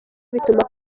bituma